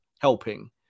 helping